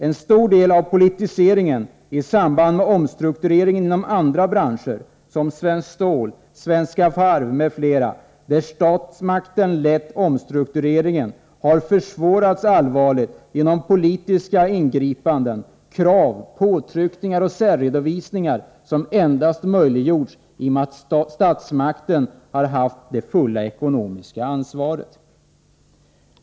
En stor del av politiseringen i samband med omstruktureringar inom andra branscher, som Svenskt Stål, Svenska Varv m.fl. där statsmakten lett omstrukturering, har försvårats allvarligt genom politiska ingripanden, krav, påtryckningar och särredovisningar, som endast möjliggjorts genom att statsmakten har haft det fulla ekonomiska ansvaret.